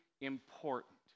important